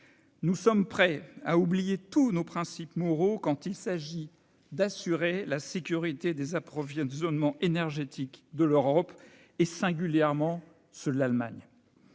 Nous sommes prêts à oublier tous nos principes moraux quand il s'agit d'assurer la sécurité des approvisionnements énergétiques de l'Europe et singulièrement ceux de l'Allemagne.